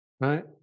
right